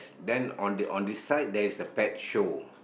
then on the on this side there's a pet show